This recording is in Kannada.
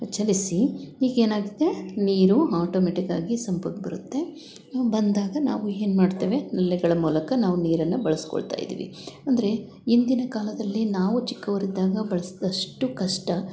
ಚಲಿಸಿ ಈಗ ಏನಾಗಿದೆ ನೀರು ಆಟೋಮೆಟಿಕ್ಕಾಗಿ ಸಂಪ್ಗೆ ಬರುತ್ತೆ ಬಂದಾಗ ನಾವು ಏನು ಮಾಡ್ತೇವೆ ನಲ್ಲಿಗಳ ಮೂಲಕ ನಾವು ನೀರನ್ನು ಬಳಸಿಕೊಳ್ತಾ ಇದ್ದೀವಿ ಅಂದರೆ ಇಂದಿನ ಕಾಲದಲ್ಲಿ ನಾವು ಚಿಕ್ಕವರಿದ್ದಾಗ ಬಳಸಿದಷ್ಟು ಕಷ್ಟ